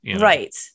right